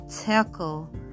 tackle